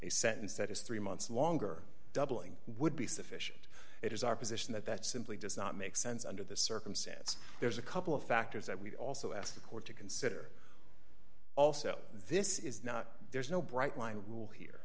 a sentence that is three months longer doubling would be sufficient it is our position that that simply does not make sense under this circumstance there's a couple of factors that we also ask the court to consider also this is not there's no bright line rule here